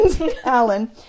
Alan